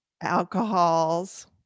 alcohols